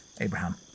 Abraham